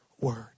word